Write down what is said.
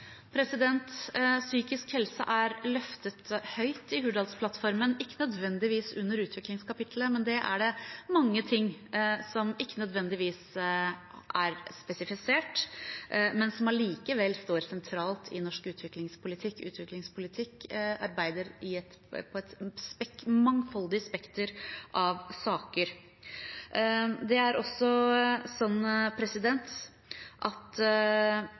Psykisk helse er løftet høyt i Hurdalsplattformen, men ikke nødvendigvis under utviklingskapittelet. Det er mange ting som ikke nødvendigvis er spesifisert, men som likevel står sentralt i norsk utviklingspolitikk. Utviklingspolitikk arbeider på et mangfoldig spekter av saker.